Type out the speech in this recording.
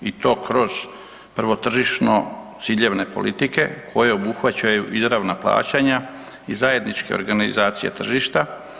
I to kroz prvo tržišno ciljevne politike koje obuhvaćaju izravne plaćanja i zajedničke organizacije tržišta.